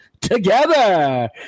together